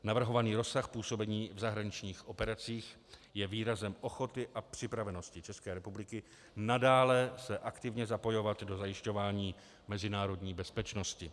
Navrhovaný rozsah působení v zahraničních operacích je výrazem ochoty a připravenosti ČR nadále se aktivně zapojovat do zajišťování mezinárodní bezpečnosti.